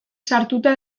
sartuta